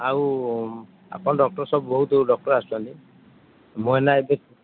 ଆଉ ଆପଣ ଡକ୍ଚର ସବୁ ବହୁତ ଡକ୍ଚର ଆସୁଛନ୍ତି ମୁଁ ଏଇନା ଏବେ